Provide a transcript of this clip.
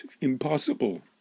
impossible